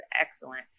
excellent